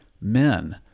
Men